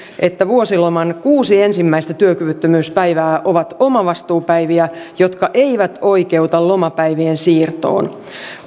että vuosiloman kuusi ensimmäistä työkyvyttömyyspäivää ovat omavastuupäiviä jotka eivät oikeuta lomapäivien siirtoon